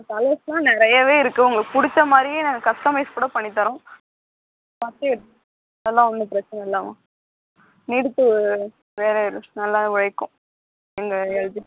கலர்ஸ்லாம் நிறையவே இருக்கு உங்களுக்குப் பிடிச்ச மாதிரியே நாங்கள் கஸ்டமைஸ் கூட பண்ணித் தரோம் அதெல்லாம் ஒன்றும் பிரச்சனை இல்லை நீடித்து வேறு நல்லாவே உழைக்கும் எங்கள் இது